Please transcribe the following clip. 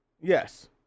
Yes